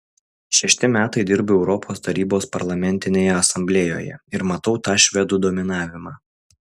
šešti metai dirbu europos tarybos parlamentinėje asamblėjoje ir matau tą švedų dominavimą